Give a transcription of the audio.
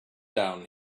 down